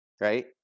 right